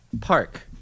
Park